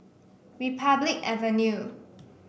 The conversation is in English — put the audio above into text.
Republic Avenue